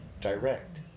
direct